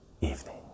evening